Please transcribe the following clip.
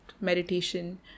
meditation